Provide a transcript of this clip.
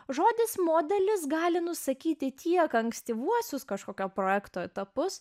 žodis modelis gali nusakyti tiek ankstyvuosius kažkokio projekto etapus